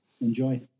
enjoy